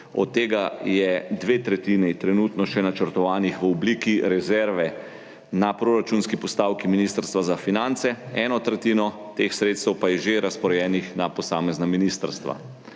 od tega je dve tretjini trenutno še načrtovanih sredstev v obliki rezerve na proračunski postavki Ministrstva za finance, eno tretjino teh sredstev pa je že razporejenih na posamezna ministrstva.